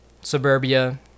suburbia